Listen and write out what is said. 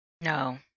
No